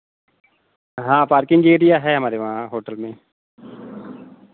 हाँ parking area है हमारे वहाँ होटल में